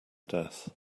death